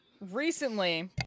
recently